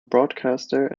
broadcaster